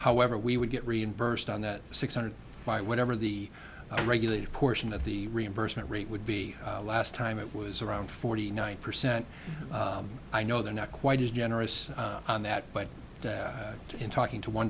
however we would get reimbursed on that six hundred by whatever the well regulated portion of the reimbursement rate would be last time it was around forty nine percent i know they're not quite as generous on that but in talking to one